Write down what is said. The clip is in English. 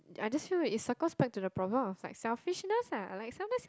I just feel like it circles back to the problem of selfishness ah like sometimes